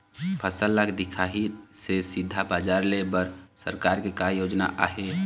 फसल ला दिखाही से सीधा बजार लेय बर सरकार के का योजना आहे?